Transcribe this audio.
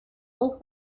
اوه